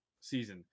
season